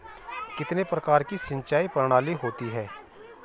कितने प्रकार की सिंचाई प्रणालियों होती हैं?